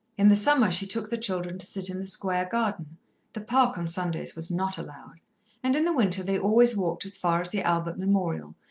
in the summer she took the children to sit in the square garden the park on sundays was not allowed and in the winter they always walked as far as the albert memorial,